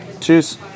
Cheers